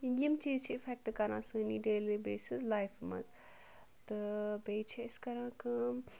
یِم چیٖز چھِ اِفیکٹ کَران سٲنۍ یہِ ڈیلی بیسِز لایفہِ منٛز تہٕ بیٚیہِ چھِ أسۍ کَران کٲم